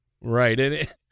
Right